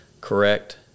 correct